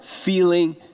feeling